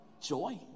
joy